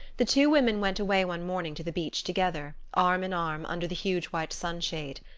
the two women went away one morning to the beach together, arm in arm, under the huge white sunshade.